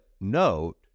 note